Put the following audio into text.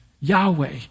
Yahweh